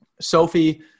sophie